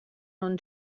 non